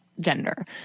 gender